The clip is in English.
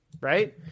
Right